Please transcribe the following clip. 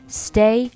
stay